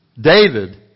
David